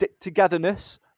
togetherness